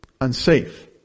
unsafe